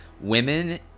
women